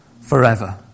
forever